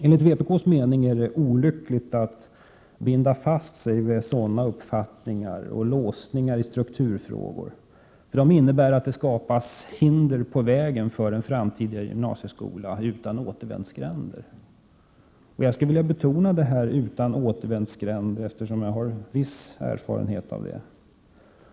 Enligt vpk:s mening är det olyckligt att binda sig vid sådana uppfattningar i strukturfrågor. Då skapas det hinder på vägen för en framtida gymnasieskola utan återvändsgränder. Jag skulle vilja betona ”utan återvändsgränder”, eftersom jag har en viss erfarenhet av detta.